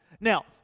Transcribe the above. Now